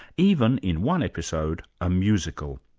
even, in one episode, a musical.